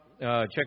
Check